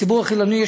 הציבור החילוני,